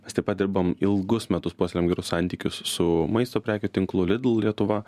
mes taip pat dirbam ilgus metus puoselėjam gerus santykius su maisto prekių tinklu lidl lietuva